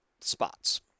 spots